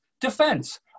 Defense